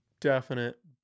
definite